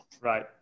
Right